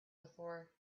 before